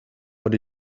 what